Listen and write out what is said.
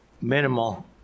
minimal